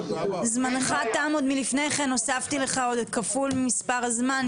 זמנך תם עוד מלפני כן ואני הוספתי לך עוד כפול ממשך הזמן.